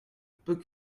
peut